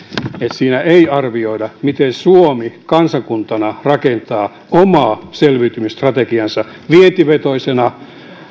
siinä ei arvioida miten suomi kansakuntana rakentaa omaa selviytymisstrategiaansa vientivetoisena